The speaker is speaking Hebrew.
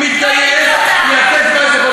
תראה מי שמפריע לי פה,